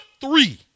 three